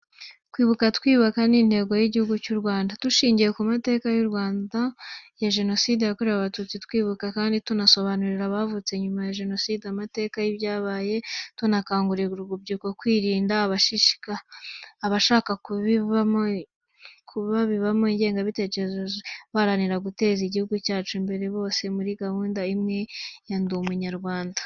Kwibuka twiyukaba ni intego y'Igihugu cy'u Rwanda. Dushingiye ku mateka y'u Rwanda ya Jenoside yakorewe Abatutsi, twibuka kandi tunasobanurira abavutse nyuma ya jenoside amateka yibyabaye, tunakangurira urubyiruko kwirinda abashaka kubabibamo ingengabitekerezo ya jenoside, baharanira guteza igihugu cyacu imbere bose muri gahunda imwe ya Ndi Umunyarwanda.